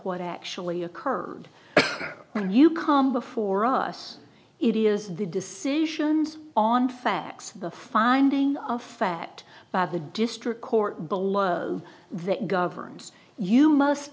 what actually occurred when you come before us it is the decisions on facts the finding of fact by the district court below that governs you must